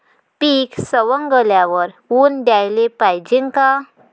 पीक सवंगल्यावर ऊन द्याले पायजे का?